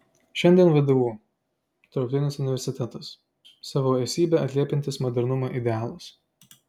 šiandien vdu tarptautinis universitetas savo esybe atliepiantis modernumo idealus